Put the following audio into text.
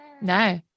No